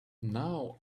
now